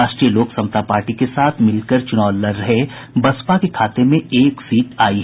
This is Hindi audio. राष्ट्रीय लोक समता पार्टी के साथ मिलकर चुनाव लड़ रहे बसपा के खाते में एक सीट आयी है